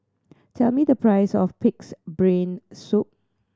tell me the price of Pig's Brain Soup